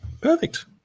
Perfect